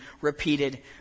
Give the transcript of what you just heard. repeated